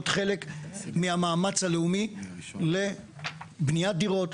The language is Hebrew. להיות חלק מהמאמץ הלאומי לבניית דירות,